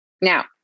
Now